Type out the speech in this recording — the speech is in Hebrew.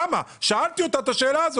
שאלתי את מירי למה?